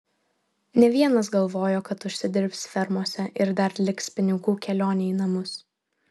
ne vienas galvojo kad užsidirbs fermose ir dar liks pinigų kelionei į namus